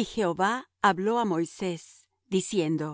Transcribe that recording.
y jehova habló á moisés diciendo